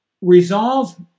Resolve